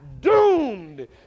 doomed